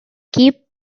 keep